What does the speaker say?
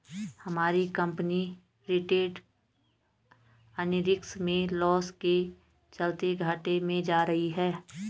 हमारी company retained earnings में loss के चलते घाटे में जा रही है